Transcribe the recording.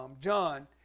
John